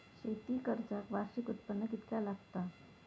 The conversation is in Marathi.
शेती कर्जाक वार्षिक उत्पन्न कितक्या लागता?